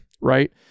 right